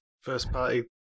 first-party